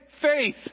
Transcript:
faith